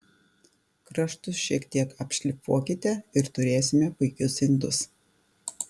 kraštus šiek tiek apšlifuokite ir turėsime puikius indus